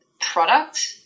product